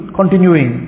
continuing